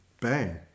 bang